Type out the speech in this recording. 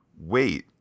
wait